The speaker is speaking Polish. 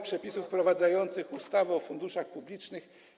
Przepisy wprowadzające ustawę o funduszach publicznych.